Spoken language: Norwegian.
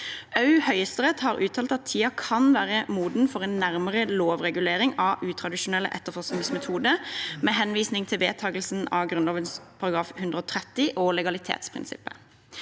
Høyesterett har uttalt at «tida kan vera mogen for ei nærare lovregulering av utradisjonelle etterforskingsmetodar», med henvisning til vedtak av Grunnloven § 113 og legalitetsprinsippet.